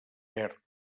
verd